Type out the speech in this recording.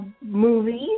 movies